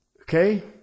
Okay